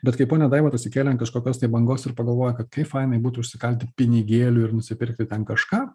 bet kai ponia daiva pasikėlė ant kažkokios tai bangos ir pagalvojo kad kai fainai būtų užsikalti pinigėlių ir nusipirkti ten kažką